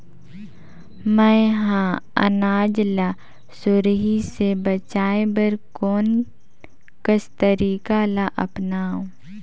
मैं ह अनाज ला सुरही से बचाये बर कोन कस तरीका ला अपनाव?